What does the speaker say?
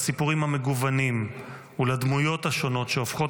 לסיפורים המגוונים ולדמויות השונות שהופכות